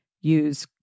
Use